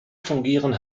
fungieren